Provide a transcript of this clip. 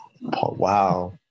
Wow